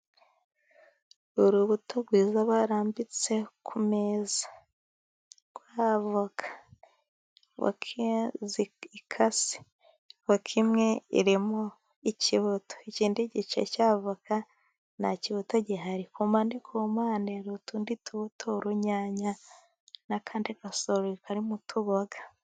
Urubuto rwiza barambitse ku meza, rwa avoka. Voka zikase , voka imwe irmo ikibuto, ikindi gice cya avoka nta kibuto gihari. Ku mpande ku mpande kupande, hari n'utundi tubuto, urunyanya, n'akandi gasorori karimo utuboga.